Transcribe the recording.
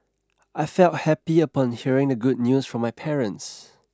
I felt happy upon hearing the good news from my parents